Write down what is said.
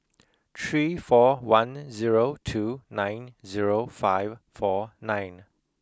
three four one zero two nine zero five four nine